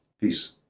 Peace